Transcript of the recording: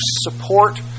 support